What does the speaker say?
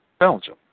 Belgium